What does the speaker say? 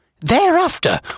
Thereafter